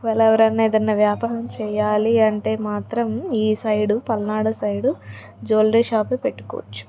ఒక వేళ ఎవరయినా ఏదయినా వ్యాపారం చేయాలి అంటే మాత్రం ఈ సైడు పల్నాడు సైడు జ్యూవలరీ షాపే పెట్టుకోచ్చు